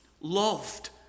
loved